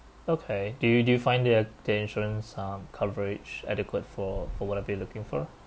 okay do you do you find the the insurance um coverage adequate for for whatever you're looking for